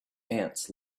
ants